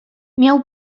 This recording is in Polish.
miał